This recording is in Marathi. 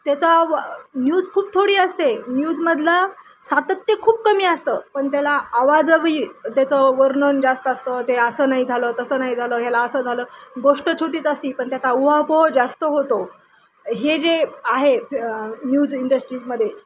त्याचा वा न्यूज खूप थोडी असते न्यूजमधलं सातत्य खूप कमी असतं पण त्याला आवाजही त्याचं वर्णन जास्त असतं ते असं नाही झालं तसं नाही झालं ह्याला असं झालं गोष्ट छोटीच असती पण त्याचा उहापोहा जास्त होतो हे जे आहे न्यूज इंडस्ट्रीजमध्ये